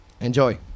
enjoy